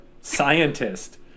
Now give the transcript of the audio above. Scientist